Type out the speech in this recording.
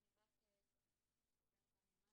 בבקשה, תמי.